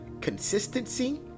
consistency